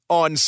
on